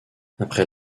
après